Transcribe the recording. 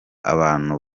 abantu